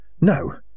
No